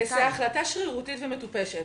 זו החלטה שרירותית ומטופשת.